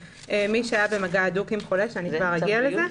מי שהיה במגע הדוק עם חולה ואני תכף אגיע לזה,